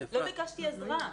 לא ביקשתי עזרה.